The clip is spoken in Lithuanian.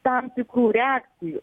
tam tikrų reakcijų